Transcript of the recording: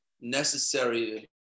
necessary